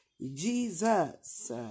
Jesus